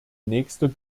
nächster